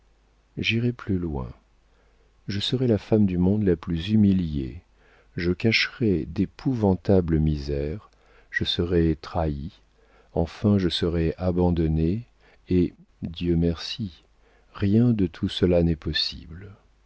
j'irai plus loin je serais la femme du monde la plus humiliée je cacherais d'épouvantables misères je serais trahie enfin je serais abandonnée et dieu merci rien de tout cela n'est possible